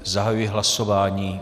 Zahajuji hlasování.